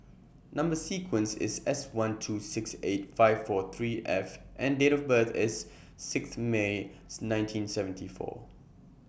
Number sequence IS S one two six eight five four three F and Date of birth IS Sixth May's nineteen seventy four